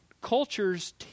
cultures